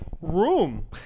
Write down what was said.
room